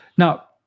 Now